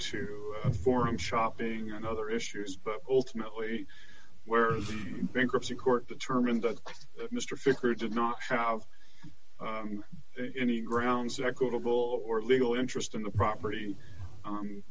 to a forum shopping and other issues but ultimately where the bankruptcy court determined that mister fisker did not have any grounds equitable or legal interest in the property